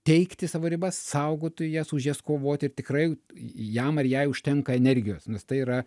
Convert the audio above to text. teikti savo ribas saugoti jas už jas kovoti ir tikrai jam ar jai užtenka energijos nes tai yra